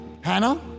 Hannah